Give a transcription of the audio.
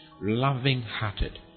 loving-hearted